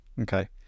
okay